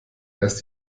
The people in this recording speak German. erst